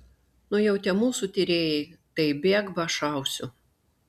nu jau tie mūsų tyrėjai tai bėk ba šausiu